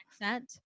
accent